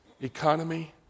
economy